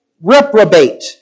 reprobate